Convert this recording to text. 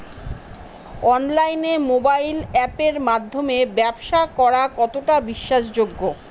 অনলাইনে মোবাইল আপের মাধ্যমে ব্যাবসা করা কতটা বিশ্বাসযোগ্য?